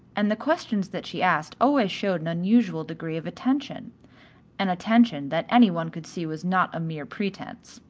and the questions that she asked always showed an unusual degree of attention an attention that any one could see was not a mere pretence.